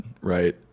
right